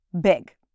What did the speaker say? big